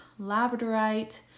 Labradorite